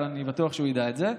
אבל אני בטוח שהוא ידע את זה,